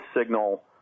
signal